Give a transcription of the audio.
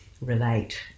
relate